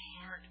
heart